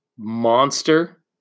Monster